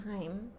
time